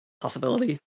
Possibility